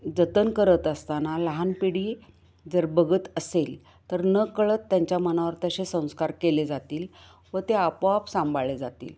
जतन करत असताना लहान पिढी जर बघत असेल तर नकळत त्यांच्या मनावर तसे संस्कार केले जातील व ते आपोआप सांभाळले जातील